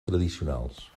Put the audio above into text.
tradicionals